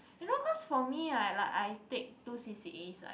you know cause for me like like I take two c_c_as [right]